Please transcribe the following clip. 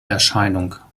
erscheinung